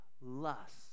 lust